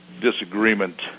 disagreement